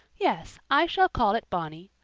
yes, i shall call it bonny.